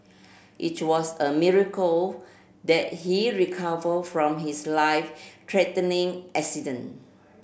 it was a miracle that he recover from his life threatening accident